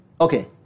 Okay